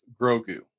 Grogu